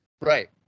Right